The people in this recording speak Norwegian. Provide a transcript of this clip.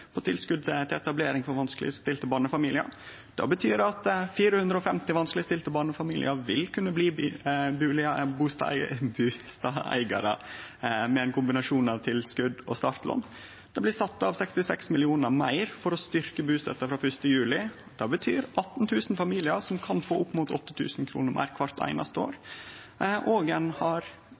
tilskot til etablering for vanskelegstilte barnefamiliar. Det betyr at 450 vanskelegstilte barnefamiliar vil kunne bli bustadeigarar med ein kombinasjon av tilskot og startlån. Det blir sett av 66 mill. kr meir for å styrkje bustøtta frå 1. juli, og det betyr at 18 000 familiar kan få opp mot 8 000 kr meir kvart einaste år. Samtidig har ein